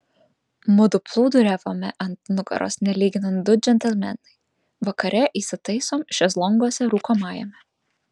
mudu plūduriavome ant nugaros nelyginant du džentelmenai vakare įsitaisom šezlonguose rūkomajame